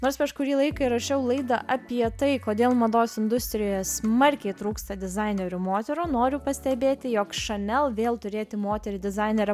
nors prieš kurį laiką įrašiau laidą apie tai kodėl mados industrijoje smarkiai trūksta dizainerių moterų noriu pastebėti jog chanel vėl turėti moterį dizainerę